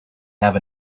have